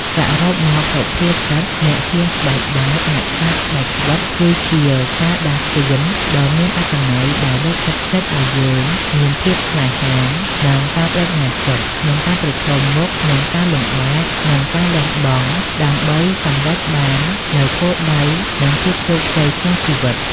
សរុបមក សុភាសិត អ្នកហ៊ានស្បែកដាច អ្នកខ្លាចស្បែកស្វិត គឺជាការដាស់តឿនដ៏មានអត្ថន័យដែលលើកទឹកចិត្តឲ្យយើងមាន ភាពក្លាហាន និងការប្តេជ្ញាចិត្ត ក្នុងការប្រឈមមុខនឹងការលំបាក និងការលះបង់ ដើម្បីសម្រេចបាននូវគោលដៅ និងភាពជោគជ័យក្នុងជីវិត។